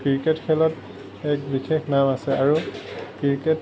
cricket খেলত এক বিশেষ নাম আছে আৰু ক্ৰিকেট